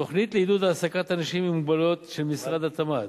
תוכנית לעידוד העסקת אנשים עם מוגבלויות של משרד התמ"ת,